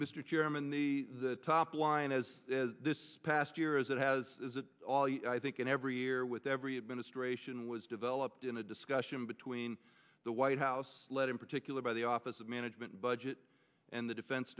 chairman the top line as this past year is it has is that all you i think in every year with every administration was developed in a discussion between the white house led in particular by the office of management budget and the defense